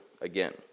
again